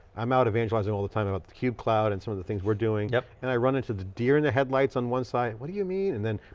i'm out evangelizing all the time about the cube cloud and some of the things we're doing. yeah and i run into the deer in the headlights on one side, what do you mean? and then